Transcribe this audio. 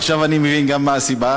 עכשיו אני מבין גם מה הסיבה.